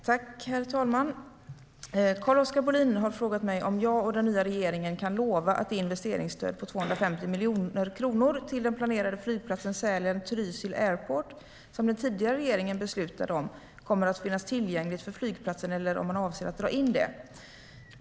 Herr talman! Carl-Oskar Bohlin har frågat mig om jag och den nya regeringen kan lova att det investeringsstöd på 250 miljoner kronor till den planerade flygplatsen Sälen-Trysil Airport, som den tidigare regeringen beslutade om, kommer att finnas tillgängligt för flygplatsen eller om man avser att dra in det.